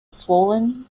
swollen